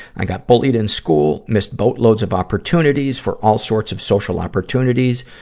i got bullied in school, missed boatloads of opportunities for all sorts of social opportunities,